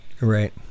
Right